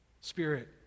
Spirit